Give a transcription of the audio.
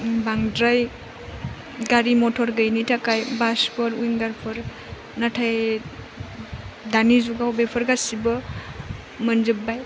बांद्राय गारि मटर गैयैनि थाखाय बासफोर उइंगारफोर नाथाय दानि जुगाव बेफोर गासिबो मोनजोब्बाय